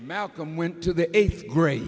malcolm went to the eighth grade